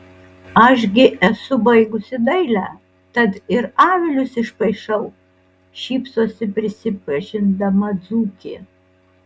aš gi esu baigusi dailę tad ir avilius išpaišau šypsosi prisipažindama dzūkė